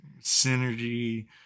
Synergy